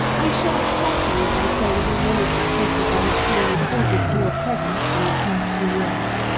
i shan't flatter you by saying how many successes i have seen recorded to your credit in the past two years.